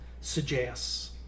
suggests